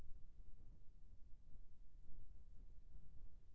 रहर के फर मा किरा रा रोके बर कोन दवई ला अपना सकथन?